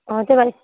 অঁ তে বাৰু